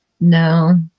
No